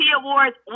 Awards